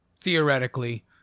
theoretically